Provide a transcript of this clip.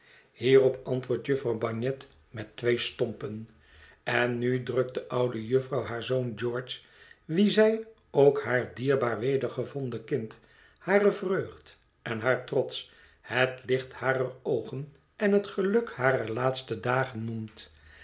hierop antwoordt jufvrouw bagnet met twee stompen en nu drukt de oude jufvrouw haar zoon george wien zij ook haar dierbaar wedergevonden kind hare vreugd en haar trots het licht harer oogen en het geluk harer laatste dagen noemt